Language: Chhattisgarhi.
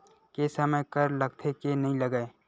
के समय कर लगथे के नइ लगय?